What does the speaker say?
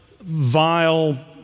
vile